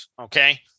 okay